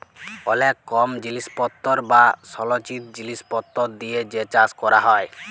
অলেক কম জিলিসপত্তর বা সলচিত জিলিসপত্তর দিয়ে যে চাষ ক্যরা হ্যয়